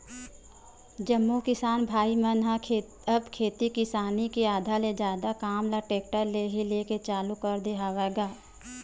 जम्मो किसान भाई मन ह अब खेती किसानी के आधा ले जादा काम ल टेक्टर ले ही लेय के चालू कर दे हवय गा